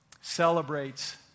celebrates